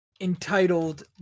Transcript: entitled